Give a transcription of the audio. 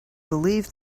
believe